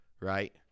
Right